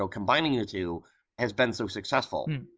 so combining the two has been so successful.